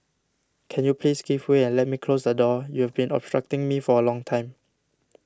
can you please give way and let me close the door you've been obstructing me for a long time